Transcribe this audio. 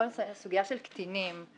כל הסוגיה של קטינים,